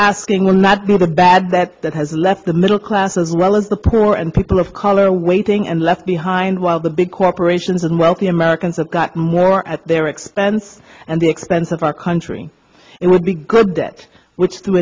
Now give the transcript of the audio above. asking will not be that bad that that has left the middle class as well as the poor and people of color waiting and left behind while the big corporations and wealthy americans have got more at their expense and the expense of our country it would be good debt which t